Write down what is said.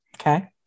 Okay